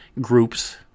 groups